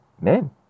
Men